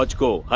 ah go ah